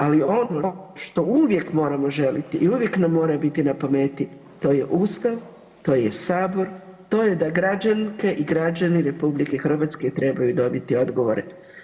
Ali ono što uvijek moramo želiti i uvijek nam mora biti na pameti to je Ustav, to je Sabor, to je da građanke i građani RH trebaju dobiti odgovore.